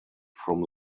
from